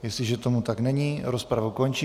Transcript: Jestliže tomu tak není, rozpravu končím.